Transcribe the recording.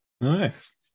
Nice